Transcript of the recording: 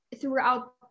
throughout